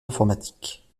informatique